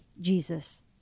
Jesus